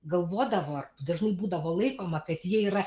galvodavo ar dažnai būdavo laikoma kad jie yra